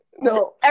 No